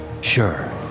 Sure